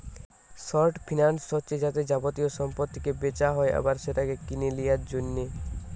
short finance হচ্ছে যাতে যাবতীয় সম্পত্তিকে বেচা হয় আবার সেটাকে কিনে লিয়ার জন্যে